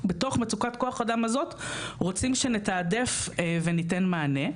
בתוך מצוקת כוח האדם הזה רוצים שנתעדף וניתן מענה.